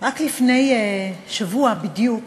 רק לפני שבוע בדיוק